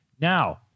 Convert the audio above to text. Now